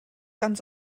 ganz